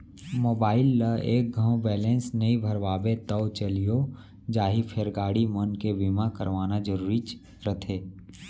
mobile ल एक घौं बैलेंस नइ भरवाबे तौ चलियो जाही फेर गाड़ी मन के बीमा करवाना जरूरीच रथे